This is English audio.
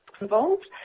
involved